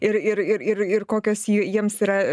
ir ir ir ir kokios jų jiems yra